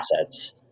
assets